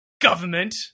Government